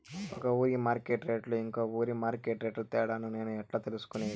ఒక ఊరి మార్కెట్ రేట్లు ఇంకో ఊరి మార్కెట్ రేట్లు తేడాను నేను ఎట్లా తెలుసుకునేది?